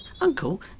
Uncle